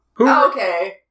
Okay